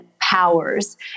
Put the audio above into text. powers